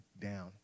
down